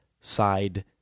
side